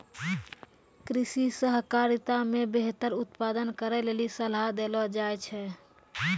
कृषि सहकारिता मे बेहतर उत्पादन करै लेली सलाह देलो जाय छै